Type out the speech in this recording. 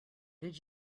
did